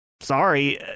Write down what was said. sorry